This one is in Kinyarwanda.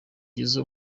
jizzo